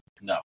No